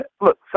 Look